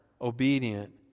obedient